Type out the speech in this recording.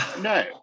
No